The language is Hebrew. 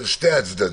של שני הצדדים.